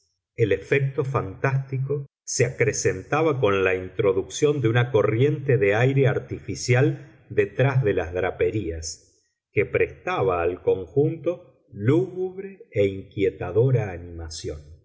el efecto fantástico se acrecentaba con la introducción de una corriente de aire artificial detrás de las draperías que prestaba al conjunto lúgubre e inquietadora animación